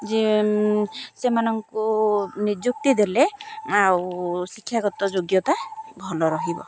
ଯେ ସେମାନଙ୍କୁ ନିଯୁକ୍ତି ଦେଲେ ଆଉ ଶିକ୍ଷାଗତ ଯୋଗ୍ୟତା ଭଲ ରହିବ